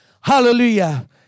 Hallelujah